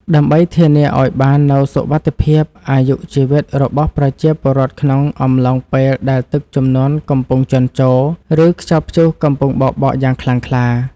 ដើម្បីធានាឱ្យបាននូវសុវត្ថិភាពអាយុជីវិតរបស់ប្រជាពលរដ្ឋក្នុងអំឡុងពេលដែលទឹកជំនន់កំពុងជន់ជោរ ឬខ្យល់ព្យុះកំពុងបោកបក់យ៉ាងខ្លាំងក្លា។